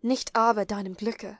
nicht aber deinem glücke